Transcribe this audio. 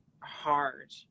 hard